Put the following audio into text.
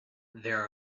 there